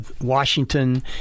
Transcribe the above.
Washington